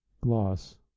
Gloss